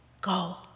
Go